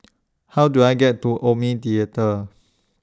How Do I get to Omni Theatre